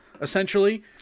essentially